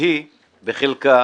והיא בחלקה